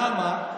למה?